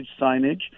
signage